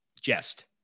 jest